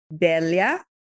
Delia